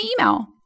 email